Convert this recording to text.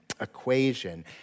equation